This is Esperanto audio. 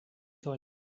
sola